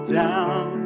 down